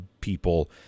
people